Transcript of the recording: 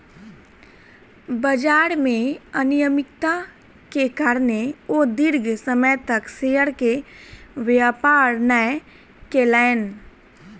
बजार में अनियमित्ता के कारणें ओ दीर्घ समय तक शेयर के व्यापार नै केलैन